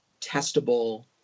testable